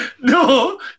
No